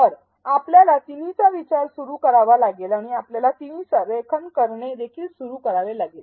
तर आपल्याला तिन्हीचा विचार सुरू करावा लागेल आणि आपल्याला तिन्ही संरेखित करणे देखील सुरू करावे लागेल